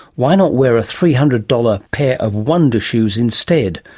why not wear a three hundred dollars pair of wonder-shoes instead?